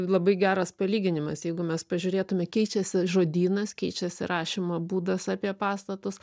labai geras palyginimas jeigu mes pažiūrėtume keičiasi žodynas keičiasi rašymo būdas apie pastatus